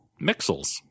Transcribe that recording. Mixels